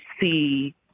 see